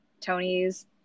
Tony's